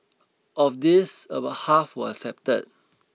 of these about half were accepted